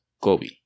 Kobe